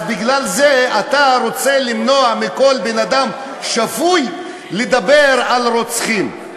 אז בגלל זה אתה רוצה למנוע מכל בן-אדם שפוי לדבר על רוצחים.